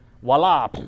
voila